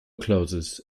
closes